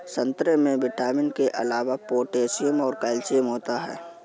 संतरे में विटामिन के अलावा पोटैशियम और कैल्शियम होता है